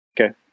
Okay